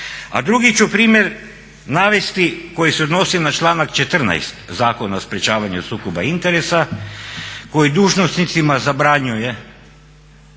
A drugi ću primjer navesti koji se odnosi na članak 14. Zakona o sprječavanju sukoba interesa koji dužnosnicima zabranjuje